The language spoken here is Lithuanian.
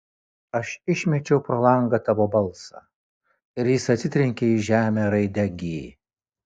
aš išmečiau pro langą tavo balsą ir jis atsitrenkė į žemę raide g